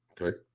okay